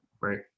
Right